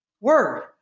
Word